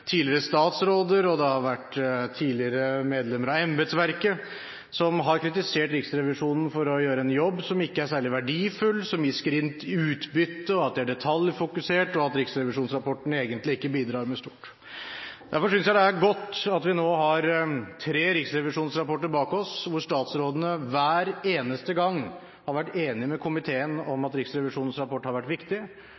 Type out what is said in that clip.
tidligere statsråder og det har vært tidligere medlemmer av embetsverket som har kritisert Riksrevisjonen for å gjøre en jobb som «ikke er særlig verdifull», som gir «skrint utbytte», at det er «detaljfokusert» og at riksrevisjonsrapportene egentlig ikke bidrar med stort. Derfor synes jeg det er godt at vi nå har tre riksrevisjonsrapporter bak oss, hvor statsrådene hver eneste gang har vært enige med komiteen om